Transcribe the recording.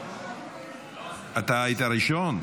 אתה היית ראשון?